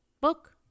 book